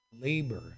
labor